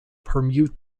permute